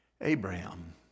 Abraham